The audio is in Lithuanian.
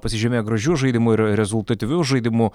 pasižymėjo gražiu žaidimu ir rezultatyviu žaidimu